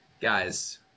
Guys